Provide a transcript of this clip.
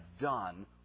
done